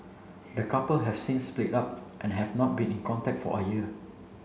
the couple have since split up and have not been in contact for a year